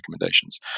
recommendations